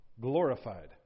glorified